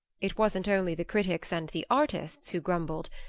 it wasn't only the critics and the artists who grumbled.